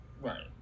Right